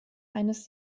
eines